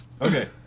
Okay